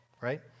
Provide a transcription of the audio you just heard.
right